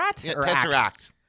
Tesseract